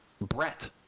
Brett